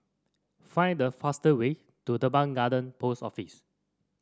find the faster way to Teban Garden Post Office